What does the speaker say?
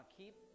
keep